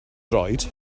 droed